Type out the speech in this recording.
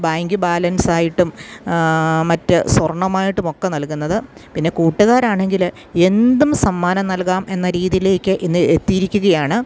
bank ബാലൻസായിട്ടും മറ്റ് സ്വർണ്ണമായിട്ടും ഒക്കെ നൽകുന്നത് പിന്നെ കൂട്ടുകാരാണെങ്കിൽ എന്തും സമ്മാനം നൽകാം എന്ന രീതിയിലേക്ക് ഇന്ന് എത്തിയിരിക്കുകയാണ്